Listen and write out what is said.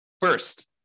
First